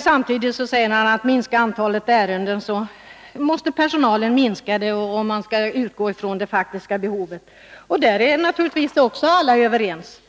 Samtidigt säger han att om antalet ärenden minskar, måste också personalen minska, därför att man måste utgå från de faktiska behoven. Också på den punkten är naturligtvis alla överens,